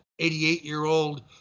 88-year-old